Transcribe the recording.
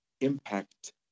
impact